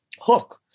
hook